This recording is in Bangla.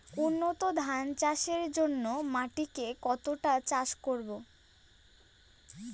উন্নত ধান চাষের জন্য মাটিকে কতটা চাষ করব?